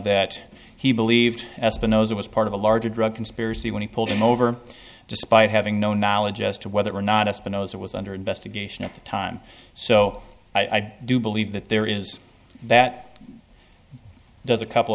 that he believed espinosa was part of a larger drug conspiracy when he pulled him over despite having no knowledge as to whether or not it's been knows it was under investigation at the time so i do believe that there is that does a couple